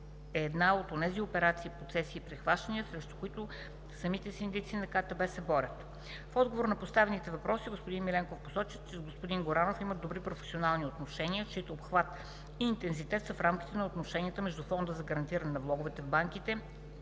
една от онези операции по цесии и прихващания, срещу които самите синдици на КТБ се борят? В отговор на поставените въпроси господин Миленков посочи, че с господин Горанов има добри професионални отношения, чийто обхват и интензитет са в рамките на отношенията между Фонда за гарантиране влоговете в банките